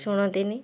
ଶୁଣନ୍ତିନି